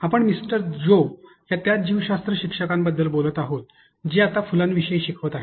आपण मिस्टर जो या त्याच जीवशास्त्र शिक्षकांबद्दल बोलत आहोत जे आता फुलांविषयी शिकवित आहेत